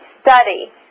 study